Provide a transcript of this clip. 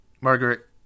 Margaret